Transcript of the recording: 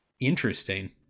Interesting